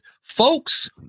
folks